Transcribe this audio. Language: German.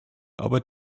arbeit